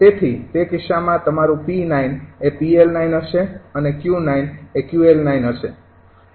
તેથી તે કિસ્સામાં તમારું 𝑃૯ એ 𝑃𝐿૯ હશે અને 𝑄૯ એ 𝑄𝐿૯ થશે